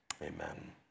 Amen